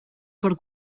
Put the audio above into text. per